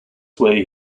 way